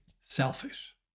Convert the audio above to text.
selfish